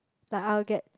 like I will get